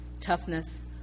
toughness